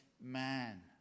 man